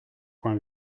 point